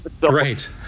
Right